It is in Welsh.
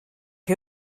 chi